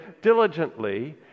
diligently